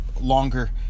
longer